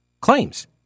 claims